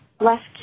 left